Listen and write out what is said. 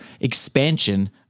expansion